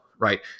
right